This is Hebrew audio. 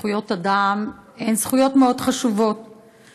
זכויות אדם הן זכויות מאוד חשובות,